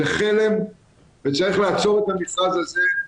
זה חלם וצריך לעצור את המכרז הזה.